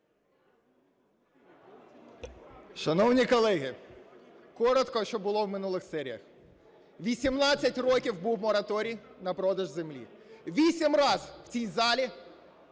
Шановні колеги! Коротко, що було в минулих серіях. 18 років був мораторій на продаж землі, 8 разів у цій залі